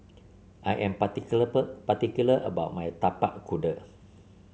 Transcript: I am particular about my Tapak Kuda